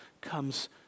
comes